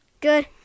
Good